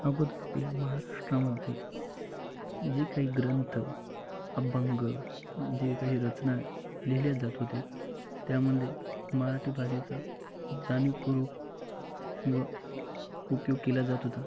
अगोदर आपल्या महाराष्ट्रामध्ये जे काही ग्रंथ अभंग जे काही रचना लिहिल्या जात होत्या त्यामध्ये मराठी भाषेचा जाणीवपूर्वक व उपयोग केला जात होता